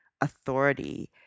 authority